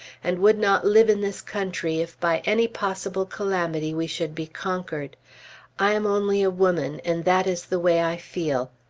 and would not live in this country if by any possible calamity we should be conquered i am only a woman, and that is the way i feel.